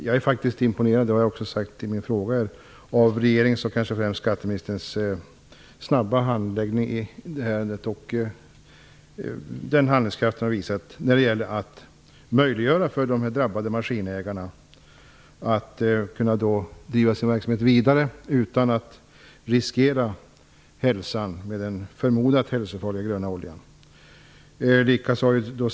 Jag är faktiskt imponerad, det har jag också sagt i min fråga, av regeringens och kanske främst skatteministerns snabba handläggning i det här ärendet och av den handlingskraft som har visats när det gäller att möjliggöra för de drabbade maskinägarna att driva sin verksamhet vidare utan att riskera hälsan med den förmodat hälsofarliga gröna oljan.